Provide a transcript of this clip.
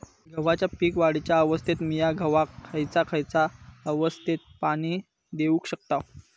गव्हाच्या पीक वाढीच्या अवस्थेत मिया गव्हाक खैयचा खैयचा अवस्थेत पाणी देउक शकताव?